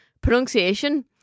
pronunciation